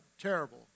terrible